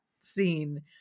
scene